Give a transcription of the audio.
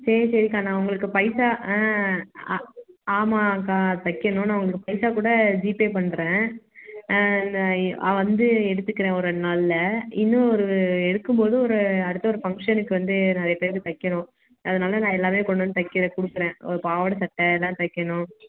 சரி சரிக்கா நான் உங்களுக்கு பைசா ஆ அ ஆமாங்கக்கா தைக்கணும் உங்களுக்கு பைசா கூட ஜிபே பண்ணுறேன் ஆ வந்து எடுத்துக்குறேன் ஒரு ரெண்டு நாளில் இன்னும் ஒரு எடுக்கும் போது ஒரு அடுத்து ஒரு ஃபங்க்ஷனுக்கு வந்து நிறையா பேருக்கு தைக்கணும் அதனால் நான் எல்லாமே கொண்டு வந்து தைக்கிறேன் கொடுக்குறேன் ஒரு பாவாடை சட்டை அதெல்லாம் தைக்கணும்